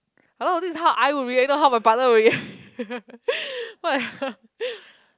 hello this is how I would react not how my partner would react what the hell